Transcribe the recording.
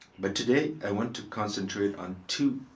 but today i want to concentrate on two